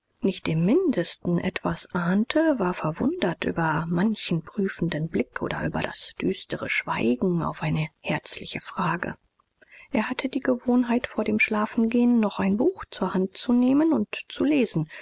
nicht im mindesten etwas ahnte war verwundert über manchen prüfenden blick oder über das düstere schweigen auf eine herzliche frage er hatte die gewohnheit vor dem schlafengehen noch ein buch zur hand zu nehmen und zu lesen